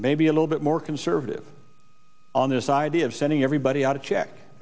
maybe a little bit more conservative on this idea of sending everybody out a check